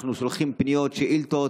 אנחנו שולחים פניות, שאילתות,